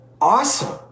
awesome